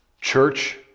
Church